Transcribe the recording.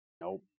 Nope